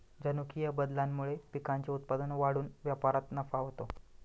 जनुकीय बदलामुळे पिकांचे उत्पादन वाढून व्यापारात नफा होतो